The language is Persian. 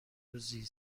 روزی